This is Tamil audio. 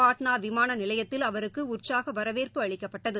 பாட்னாவிமானநிலையத்தில் அவருக்குஉற்சாகவரவேற்பு அளிக்கப்பட்டது